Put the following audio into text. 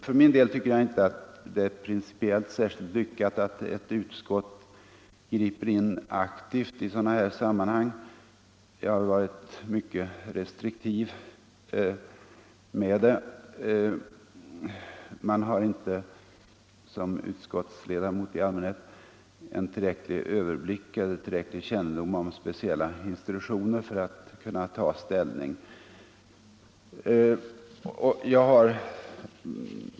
För min del tycker jag inte att det är principiellt särskilt lyckat att ett utskott griper in aktivt i sådana här sammanhang; jag har själv varit mycket restriktiv i detta avseende. Som utskottsledamot har man i allmänhet inte tillräcklig överblick eller tillräcklig kännedom om speciella institutioner för att kunna ta ställning.